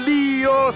Leo